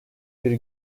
biri